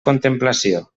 contemplació